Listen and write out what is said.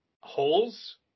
Holes